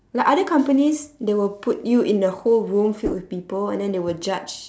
like other companies they will put you in the whole room filled with people and then they will judge